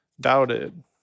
doubted